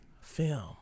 film